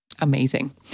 Amazing